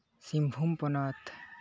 ᱥᱤᱝᱵᱷᱩᱢ ᱦᱚᱱᱚᱛ